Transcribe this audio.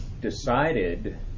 decided